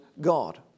God